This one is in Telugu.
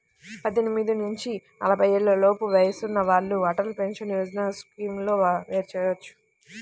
పద్దెనిమిది నుంచి నలభై ఏళ్లలోపు వయసున్న వాళ్ళు అటల్ పెన్షన్ యోజన స్కీమ్లో చేరొచ్చు